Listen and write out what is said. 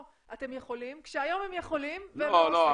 שהם יכולים כשהיום הם יכולים והם לא עושים?